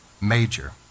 major